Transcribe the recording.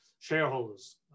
Shareholders